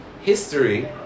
history